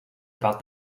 about